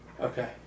Okay